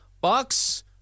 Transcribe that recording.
Bucks